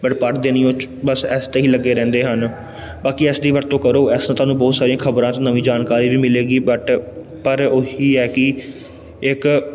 but ਪੜ੍ਹਦੇ ਨਹੀਂ ਉਹ 'ਚ ਬਸ ਇਸ 'ਤੇ ਹੀ ਲੱਗੇ ਰਹਿੰਦੇ ਹਨ ਬਾਕੀ ਇਸ ਦੀ ਵਰਤੋਂ ਕਰੋ ਇਸ ਨਾਲ ਤੁਹਾਨੂੰ ਬਹੁਤ ਸਾਰੀਆਂ ਖ਼ਬਰਾਂ ਅਤੇ ਨਵੀਂ ਜਾਣਕਾਰੀ ਵੀ ਮਿਲੇਗੀ ਬਟ ਪਰ ਉਹ ਹੀ ਹੈ ਕਿ ਇੱਕ